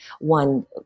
One